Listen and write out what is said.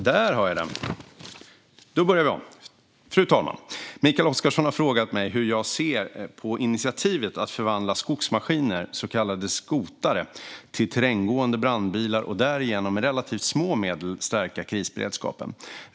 Fru talman! Mikael Oscarsson har frågat mig hur jag ser på initiativet att förvandla skogsmaskiner, så kallade skotare, till terränggående brandbilar och därigenom med relativt små medel stärka krisberedskapen.